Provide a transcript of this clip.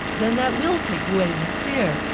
then that will take away the fear.